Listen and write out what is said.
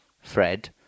Fred